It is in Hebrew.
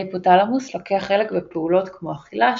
ההיפותלמוס לוקח חלק בפעולת כמו אכילה,